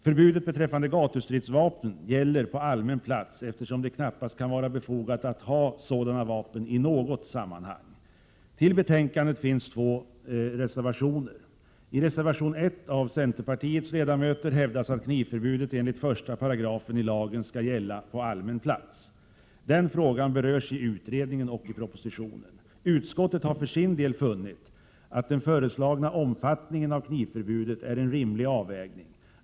Förbudet beträffande gatustridsvapnen gäller på allmän plats, eftersom det knappast kan vara befogat att ha sådana vapen i något sammanhang. Till betänkandet har fogats två reservationer. I reservation 1, av centerpartiets ledamöter, hävdas att knivförbudet enligt första paragrafen i lagen skall gälla på allmän plats. Den frågan berörs i utredningen och i propositionen. Utskottet har för sin del funnit att den föreslagna omfattningen av knivförbudet är en rimlig avvägning.